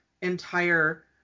entire